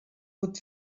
pot